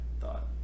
thought